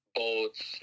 boats